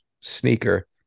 sneaker